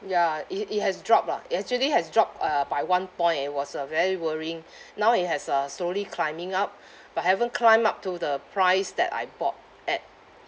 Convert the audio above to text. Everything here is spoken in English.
ya it it has dropped lah it actually has dropped uh by one point it was uh very worrying now it has uh slowly climbing up but haven't climb up to the price that I bought at